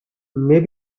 may